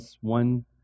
one